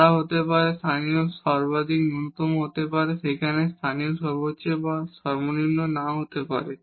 তারা হতে পারে লোকাল ম্যাক্সিমা মিনিমা হতে পারে সেখানে লোকাল ম্যাক্সিমা এবং লোকাল মিনিমা নাও হতে পারে